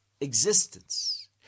existence